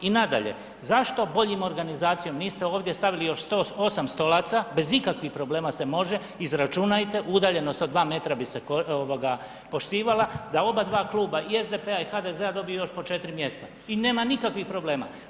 I nadalje, zašto boljom organizacijom niste ovdje stavili još 8 stolaca bez ikakvih problema se može, izračunajte udaljenost od dva metra se poštivala da obadva kluba i SDP-a i HDZ-a dobiju još po 4 mjesta i nema nikakvih problema.